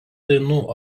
dainų